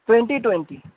twenty twenty